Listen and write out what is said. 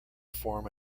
form